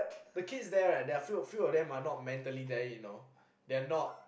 the kids there right there are few of them are not mentally there you know they are not